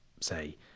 say